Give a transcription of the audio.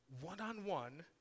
One-on-one